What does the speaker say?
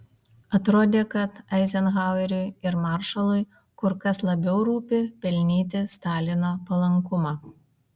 atrodė kad eizenhaueriui ir maršalui kur kas labiau rūpi pelnyti stalino palankumą